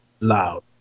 loud